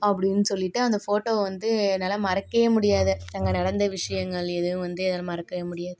அப்படின்னு சொல்லிட்டு அந்த ஃபோட்டோவை வந்து என்னால் மறக்கவே முடியாது அங்கே நடந்த விஷயங்கள் ஏதும் வந்து என்னால் மறக்கவே முடியாது